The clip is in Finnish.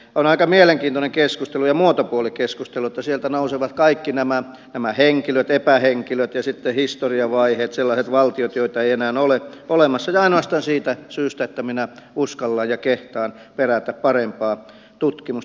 on aika mielenkiintoinen keskustelu ja muotopuoli keskustelu että sieltä nousevat kaikki nämä henkilöt epähenkilöt ja sitten historian vaiheet sellaiset valtiot joita ei enää ole olemassa ja ainoastaan siitä syystä että minä uskallan ja kehtaan perätä parempaa tutkimusta